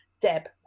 Deb